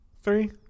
Three